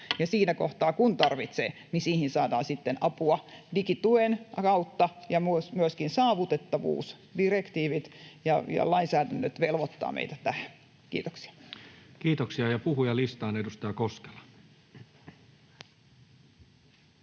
siinä kohtaa, kun tarvitsee, siihen saadaan sitten apua digituen kautta. Myöskin saavutettavuusdirektiivit ja lainsäädännöt velvoittavat meitä tähän. — Kiitoksia. [Speech 552] Speaker: